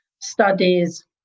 studies